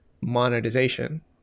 monetization